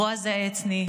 בועז העצני,